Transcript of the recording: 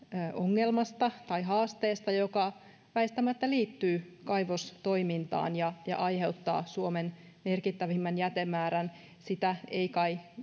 ongelmasta tai haasteesta joka väistämättä liittyy kaivostoimintaan ja ja aiheuttaa suomen merkittävimmän jätemäärän sitä ei kai